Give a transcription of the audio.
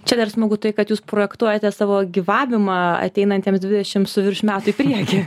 čia dar smagu tai kad jūs projektuojate savo gyvavimą ateinantiems dvidešim su virš metų į priekį